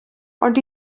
ond